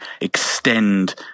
extend